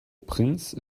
prince